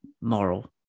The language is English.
moral